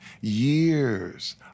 years